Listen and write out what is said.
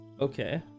Okay